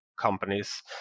companies